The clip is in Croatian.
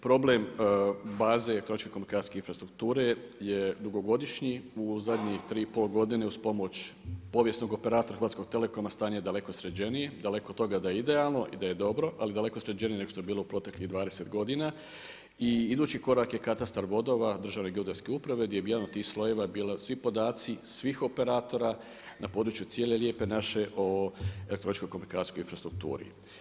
Problem baze elektroničkih komunikacijske infrastrukture je dugogodišnji u zadnjih 3,5 godine uz pomoć povijesnog operatora Hrvatskog telekoma stanje je daleko sređenije, daleko od toga da je idealno i da je dobro ali daleko sređenije nego što je bilo u proteklih 20 godina i idući korak je katastar vodova Državne geodetske uprave gdje bi jedan od tih slojeva bilo svi podaci svih operatora na području cijele Lijepe naše o elektroničkoj komunikacijskoj infrastrukturi.